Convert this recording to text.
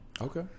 Okay